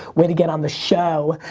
way to get on the show.